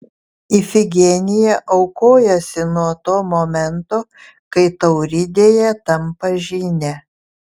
ifigenija aukojasi nuo to momento kai tauridėje tampa žyne